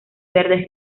verde